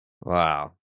Wow